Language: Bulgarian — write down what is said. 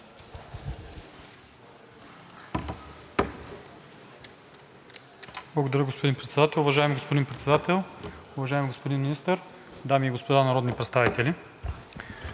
Благодаря, господин Председател. Уважаеми господин Председател, уважаеми господин Министър, дами и господа народни представители!